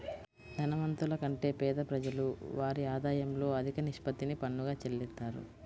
ధనవంతుల కంటే పేద ప్రజలు వారి ఆదాయంలో అధిక నిష్పత్తిని పన్నుగా చెల్లిత్తారు